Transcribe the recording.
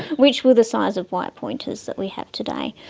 which were the size of white pointers that we have today.